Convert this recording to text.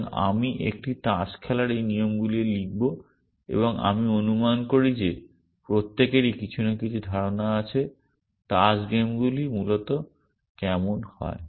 সুতরাং আমি একটি তাস খেলার এই নিয়মগুলি লিখব এবং আমি অনুমান করি যে প্রত্যেকেরই কিছু না কিছু ধারণা আছে তাস গেমগুলি মূলত কেমন হয়